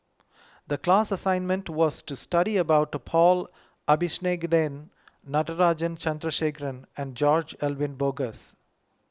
the class assignment was to study about Paul Abisheganaden Natarajan Chandrasekaran and George Edwin Bogaars